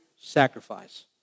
sacrifice